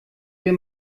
wir